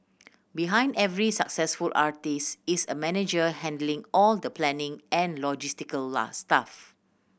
behind every successful artist is a manager handling all the planning and logistical stuff